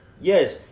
yes